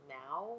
now